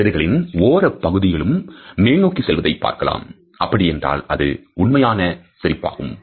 உதடுகளின் ஓரப் பகுதிகளும் மேல் நோக்கி செல்வதை பார்க்கலாம் அப்படி என்றால் அது உண்மையான சிரிப்பாகும்